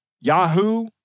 Yahoo